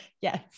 yes